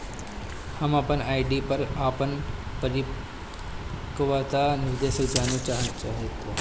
हम अपन आर.डी पर अपन परिपक्वता निर्देश जानेके चाहतानी